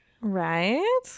Right